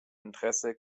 interesse